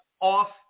off